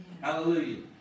Hallelujah